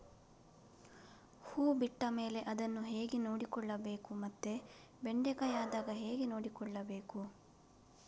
ಹೂ ಬಿಟ್ಟ ಮೇಲೆ ಅದನ್ನು ಹೇಗೆ ನೋಡಿಕೊಳ್ಳಬೇಕು ಮತ್ತೆ ಬೆಂಡೆ ಕಾಯಿ ಆದಾಗ ಹೇಗೆ ನೋಡಿಕೊಳ್ಳಬೇಕು?